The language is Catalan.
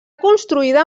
construïda